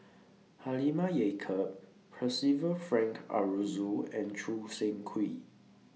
Halimah Yacob Percival Frank Aroozoo and Choo Seng Quee